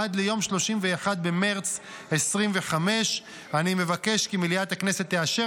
עד ליום 31 במרץ 2025. אני מבקש כי מליאת הכנסת תאשר